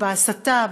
בהסתה,